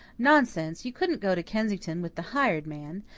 nonsense! you couldn't go to kensington with the hired man.